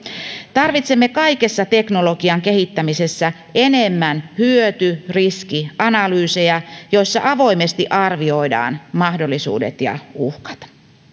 tarvitsemme kaikessa teknologian kehittämisessä enemmän hyöty riski analyysejä joissa avoimesti arvioidaan mahdollisuudet ja uhkat